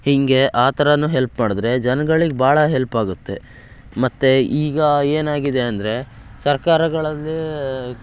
ಹೀಗೆ ಆ ಥರನೂ ಹೆಲ್ಪ್ ಮಾಡಿದ್ರೆ ಜನ್ಗಳಿಗೆ ಭಾಳ ಹೆಲ್ಪಾಗುತ್ತೆ ಮತ್ತು ಈಗ ಏನಾಗಿದೆ ಅಂದರೆ ಸರ್ಕಾರಗಳಲ್ಲಿ